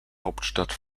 hauptstadt